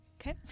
Okay